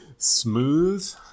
Smooth